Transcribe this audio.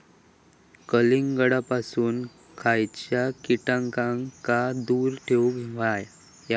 कलिंगडापासून खयच्या कीटकांका दूर ठेवूक व्हया?